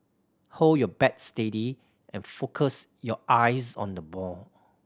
hold your bat steady and focus your eyes on the ball